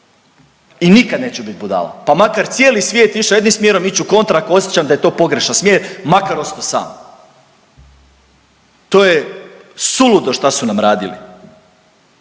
i nikad neću bit budala pa makar cijeli svijet išao jednim smjerom ić ću kontra ako osjećam da je to pogrešan smjer, makar ostao sam. To je suludo šta su nam radili.